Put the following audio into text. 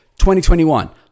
2021